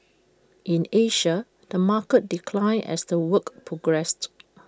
in Asia the market declined as the week progressed